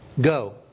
go